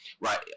right